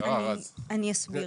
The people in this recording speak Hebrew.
אני אסביר.